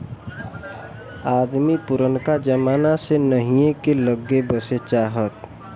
अदमी पुरनका जमाना से नहीए के लग्गे बसे चाहत